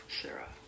Sarah